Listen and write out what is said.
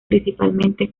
principalmente